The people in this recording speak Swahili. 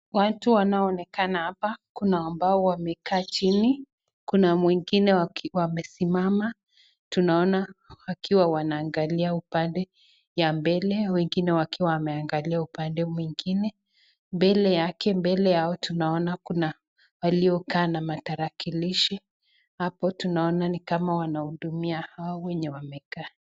Watu wanaoonekana hapa kuna ambao wamekaa chini, kuna mwingine wamesimama. Tunaona wakiwa wanaangalia upande ya mbele, wengine wakiwa wameangalia upande mwingine. Mbele yake, mbele yao tunaona kuna waliokaa na matarakilishi. Hapo tunaona ni kama wanahudumia hao wenye wamekaa.